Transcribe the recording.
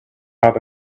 out